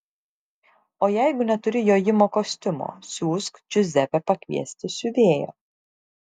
o jeigu neturi jojimo kostiumo siųsk džiuzepę pakviesti siuvėjo